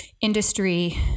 industry